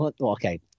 okay